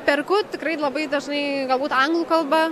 perku tikrai labai dažnai galbūt anglų kalba